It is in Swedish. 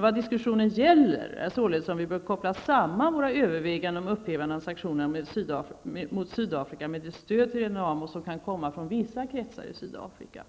Vad diskussionen gäller är alltså om vi bör koppla samman våra överväganden om upphävande av sanktionerna mot Sydafrika med det stöd till Renamo som kan komma från vissa kretsar i Sydafrika.